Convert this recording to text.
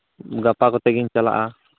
ᱜᱟᱯᱟ ᱠᱚᱛᱮ ᱜᱤᱧ ᱪᱟᱞᱟᱜᱼᱟ